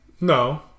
No